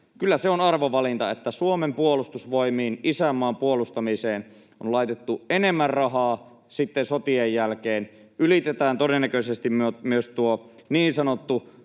Kyllä se on arvovalinta, että Suomen puolustusvoimiin, isänmaan puolustamiseen, on laitettu eniten rahaa sitten sotien jälkeen. Ylitetään todennäköisesti myös tuo niin sanottu